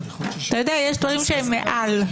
יש דברים שהם מעל.